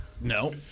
No